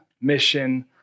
mission